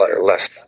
less